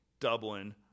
Dublin